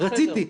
רציתי,